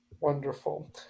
Wonderful